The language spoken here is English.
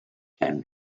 can